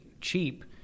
cheap